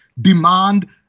demand